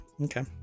Okay